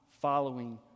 following